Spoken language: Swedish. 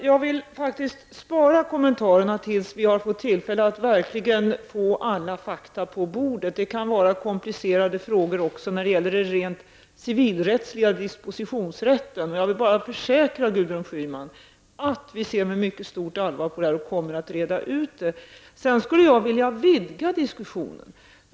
Fru talman! Jag vill spara kommentarerna tills vi har fått tillfälle att verkligen få alla fakta på bordet. Det kan röra sig om komplicerade frågor när det gäller den rent civilrättsliga dispositionsrätten. Jag kan bara försäkra Gudrun Schyman att vi ser med mycket stort allvar på detta och kommer att reda ut förhållandet. Jag vill sedan vidga diskussionen.